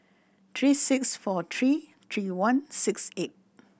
three six four three three one six eight